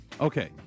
Okay